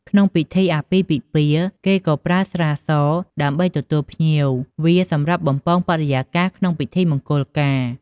ក្នុងពិធីអាពាហ៍ពិពាហ៍ គេក៏ប្រើស្រាសដើម្បីទទួលភ្ញៀវ វាសម្រាប់បំពងបរិយាកាសក្នុងពិធីមង្គលការ។